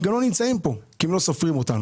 הם לא נמצאים פה, כי הם לא סופרים אותנו.